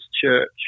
church